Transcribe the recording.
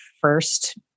first